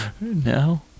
No